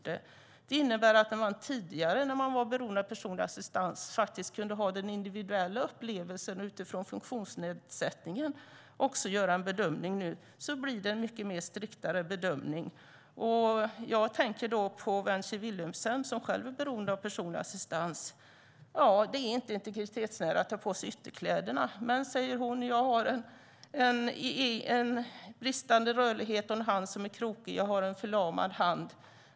Det innebär att den som tidigare var beroende av personlig assistans kunde få en individuell bedömning utifrån funktionsnedsättningen men att det nu sker en striktare bedömning. Jag tänker på Wenche Willumsen, som själv är beroende av personlig assistans. Det anses inte vara integritetsnära att ta på sig ytterkläderna. Men hon säger att hon lider av bristande rörlighet med en hand som är krokig och förlamad.